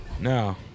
No